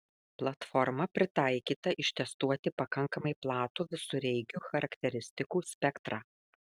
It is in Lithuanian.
platforma pritaikyta ištestuoti pakankamai platų visureigių charakteristikų spektrą